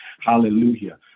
Hallelujah